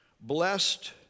blessed